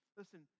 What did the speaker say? listen